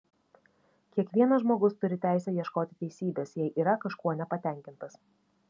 kiekvienas žmogus turi teisę ieškoti teisybės jei yra kažkuo nepatenkintas